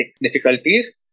difficulties